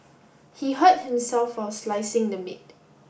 he hurt himself while slicing the meat